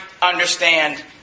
Understand